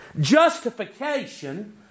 justification